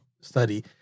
study